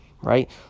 right